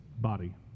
body